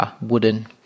wooden